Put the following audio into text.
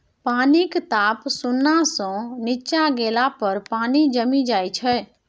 पानिक ताप शुन्ना सँ नीच्चाँ गेला पर पानि जमि जाइ छै